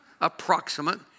approximate